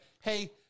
hey